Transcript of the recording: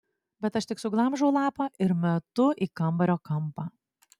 bet aš tik suglamžau lapą ir metu į kambario kampą